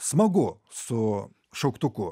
smagu su šauktuku